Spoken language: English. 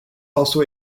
also